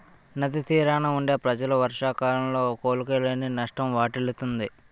నది తీరాన వుండే ప్రజలు వర్షాకాలంలో కోలుకోలేని నష్టం వాటిల్లుతుంది